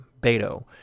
Beto